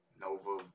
Nova